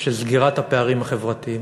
של סגירת הפערים החברתיים.